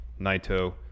Naito